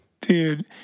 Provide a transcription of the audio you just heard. Dude